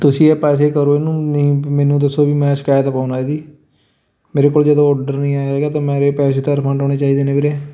ਤੁਸੀਂ ਇਹ ਪੈਸੇ ਕਰੋ ਇਹਨੂੰ ਨਹੀਂ ਮੈਨੂੰ ਦੱਸੋ ਵੀ ਮੈਂ ਸ਼ਿਕਾਇਤ ਪਾਉਂਦਾ ਇਹਦੀ ਮੇਰੇ ਕੋਲ ਜਦੋਂ ਔਰਡਰ ਨਹੀਂ ਆਇਆ ਹੈਗਾ ਤਾਂ ਮੇਰੇ ਪੈਸੇ ਤਾਂ ਰਿਫੰਡ ਹੋਣੇ ਚਾਹੀਦੇ ਨੇ ਵੀਰੇ